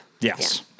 Yes